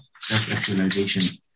self-actualization